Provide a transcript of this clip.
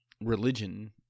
religion